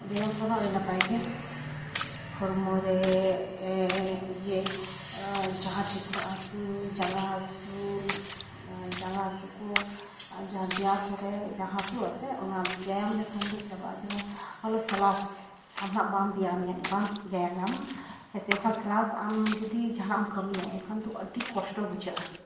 ᱵᱮᱭᱟᱢ ᱠᱚᱨᱟᱣ ᱫᱚ ᱟᱹᱰᱤ ᱱᱟᱯᱟᱭ ᱜᱮᱭᱟ ᱦᱚᱲᱢᱚ ᱨᱮ ᱡᱮ ᱡᱟᱦᱟᱸ ᱴᱷᱤᱴᱲᱟᱹᱜ ᱦᱟᱹᱥᱩ ᱡᱟᱸᱜᱟ ᱦᱟᱹᱥᱩ ᱡᱟᱸᱜᱟ ᱦᱟᱹᱥᱩ ᱠᱚ ᱡᱟᱦᱟᱸ ᱫᱮᱭᱟ ᱠᱚᱨᱮ ᱡᱟᱦᱟᱸ ᱦᱟᱹᱥᱩᱣᱟᱥᱮ ᱚᱱᱟ ᱵᱮᱭᱟᱢ ᱞᱮᱠᱷᱟᱱ ᱫᱚ ᱪᱟᱵᱟᱜᱼᱟ ᱡᱮᱢᱚᱱ ᱚᱞᱚᱥ ᱥᱟᱞᱟᱥ ᱟᱢ ᱦᱟᱸᱜ ᱵᱟᱢ ᱵᱮᱭᱟᱢᱟ ᱦᱮᱸᱥᱮ ᱮᱱᱠᱷᱟᱱ ᱥᱮᱞᱟᱥ ᱟᱢ ᱡᱩᱫᱤ ᱡᱟᱦᱟᱱᱟᱜ ᱮᱢ ᱠᱟᱹᱢᱤᱭᱟ ᱮᱱᱠᱷᱟᱱ ᱫᱚ ᱟᱹᱰᱤ ᱠᱚᱥᱴᱚ ᱵᱩᱡᱷᱟᱹᱜᱼᱟ